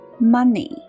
money